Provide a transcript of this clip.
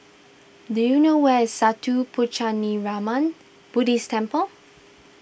do you know where is Sattha Puchaniyaram Buddhist Temple